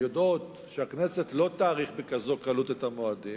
יודעות שהכנסת לא תאריך בכזאת קלות את המועדים,